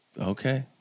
Okay